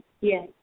Yes